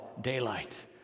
daylight